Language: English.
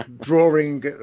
drawing